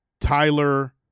Tyler